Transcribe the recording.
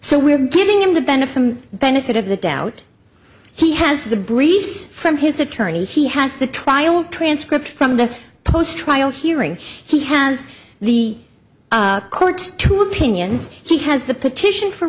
so we're giving him the benefit benefit of the doubt he has the briefs from his attorney he has the trial transcript from the post trial hearing he has the court two opinions he has the petition for